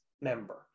member